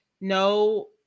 No